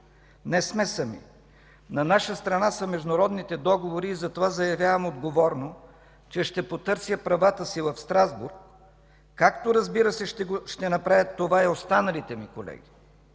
не сме сами. На наша страна са международните договори и затова заявявам отговорно, че ще потърся правата си в Страсбург, както, разбира се, ще направят това и останалите ми колеги